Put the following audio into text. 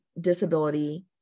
disability